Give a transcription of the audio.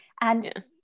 and-